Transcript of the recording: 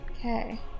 Okay